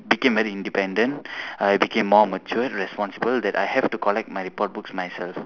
became very independent I became more matured responsible that I have to collect my report books myself